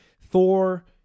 Thor